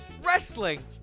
wrestling